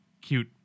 cute